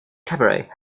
cabaret